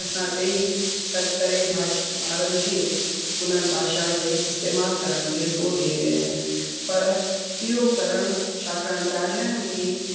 असां ॾेई स करे भाष ॿारनि खे हुन भाषा जे इस्तेमालु करण खे ज़ोरु ॾई रहिया आहियूं पर इहो करण छाकाणि ॻाल्हाइण में